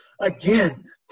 Again